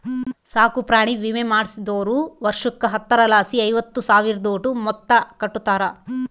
ಸಾಕುಪ್ರಾಣಿ ವಿಮೆ ಮಾಡಿಸ್ದೋರು ವರ್ಷುಕ್ಕ ಹತ್ತರಲಾಸಿ ಐವತ್ತು ಸಾವ್ರುದೋಟು ಮೊತ್ತ ಕಟ್ಟುತಾರ